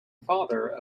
father